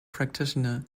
practitioner